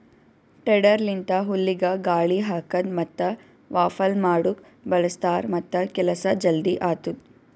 tedder ಲಿಂತ ಹುಲ್ಲಿಗ ಗಾಳಿ ಹಾಕದ್ ಮತ್ತ ವಾಫಲ್ ಮಾಡುಕ್ ಬಳ್ಸತಾರ್ ಮತ್ತ ಕೆಲಸ ಜಲ್ದಿ ಆತ್ತುದ್